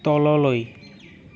তললৈ